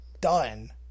Done